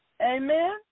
Amen